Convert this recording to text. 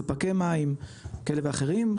ספקי מים כאלה ואחרים,